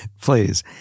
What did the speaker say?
please